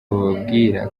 bababwira